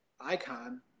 Icon